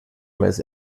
mails